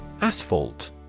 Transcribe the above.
Asphalt